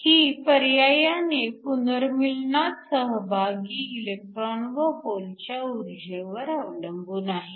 ही पर्यायाने पुनर्मीलनात सहभागी इलेक्ट्रॉन व होलच्या उर्जेवर अवलंबून आहे